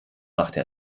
machte